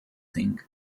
thing